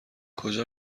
کجا